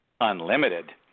unlimited